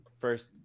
First